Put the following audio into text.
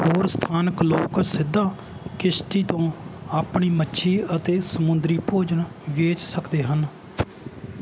ਹੋਰ ਸਥਾਨਕ ਲੋਕ ਸਿੱਧਾ ਕਿਸ਼ਤੀ ਤੋਂ ਆਪਣੀ ਮੱਛੀ ਅਤੇ ਸਮੁੰਦਰੀ ਭੋਜਨ ਵੇਚ ਸਕਦੇ ਹਨ